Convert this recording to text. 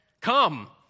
come